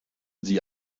sie